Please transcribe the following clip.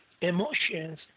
emotions